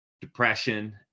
depression